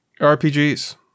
RPGs